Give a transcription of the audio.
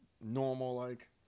normal-like